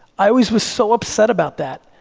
i always was so upset about that.